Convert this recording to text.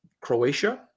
Croatia